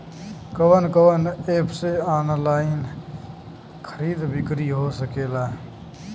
कवन कवन एप से ऑनलाइन खरीद बिक्री हो सकेला?